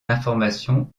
l’information